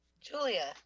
julia